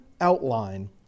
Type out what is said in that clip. outline